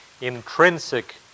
Intrinsic